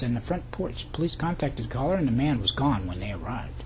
in the front porch police contacted caller and the man was gone when they arrive